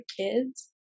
kids